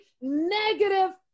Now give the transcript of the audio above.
negative